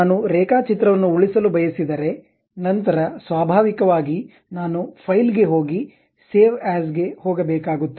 ನಾನು ರೇಖಾಚಿತ್ರವನ್ನು ಉಳಿಸಲು ಬಯಸಿದರೆ ನಂತರ ಸ್ವಾಭಾವಿಕವಾಗಿ ನಾನು ಫೈಲ್ ಗೆ ಹೋಗಿ ಸೇವ್ ಯಾಸ್ ಗೆ ಹೋಗಬೇಕಾಗುತ್ತದೆ